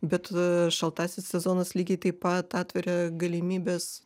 bet šaltasis sezonas lygiai taip pat atveria galimybes